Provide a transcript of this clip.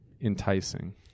enticing